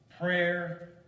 prayer